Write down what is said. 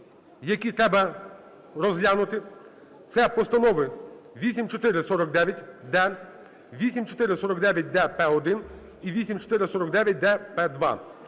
які треба розглянути. Це постанови 8449-д, 8449-д-П1 і 8449-д-П2